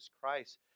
Christ